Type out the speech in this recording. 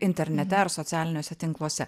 internete ar socialiniuose tinkluose